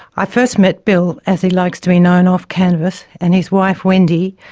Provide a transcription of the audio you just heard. i first met bill, as he likes to be known off canvas, and his wife wendy,